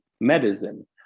medicine